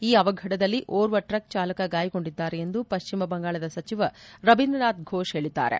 ಈ ಅವಘಡದಲ್ಲಿ ಓರ್ವ ಟ್ರಕ್ ಚಾಲಕ ಗಾಯಗೊಂಡಿದ್ದಾರೆ ಎಂದು ಪಶ್ಚಿಮ ಬಂಗಾಲದ ಸಚಿವ ರಬೀಂದ್ರನಾಥ್ ಫೋಷ್ ಹೇಳಿದ್ದಾರೆ